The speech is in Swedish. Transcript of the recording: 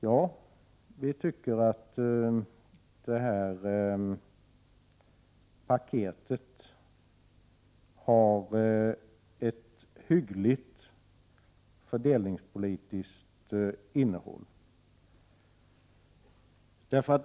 Ja, vi tycker att det här ”paketet” har ett hyggligt fördelningspolitiskt innehåll.